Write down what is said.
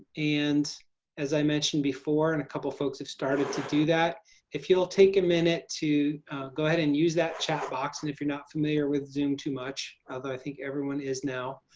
and as i mentioned before and a couple folks have started to do that if you'll take a minute to go ahead and use that chat box and if you're not familiar with zoom too much although i think everyone is now.